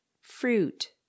fruit